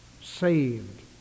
saved